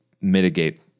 mitigate